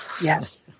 Yes